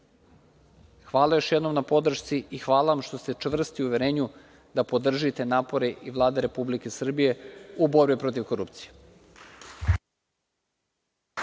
zašto. Hvala još jednom na podršci i hvala vam što ste čvrsti u uverenju da podržite napore i Vlade Republike Srbije u borbi protiv korupcije.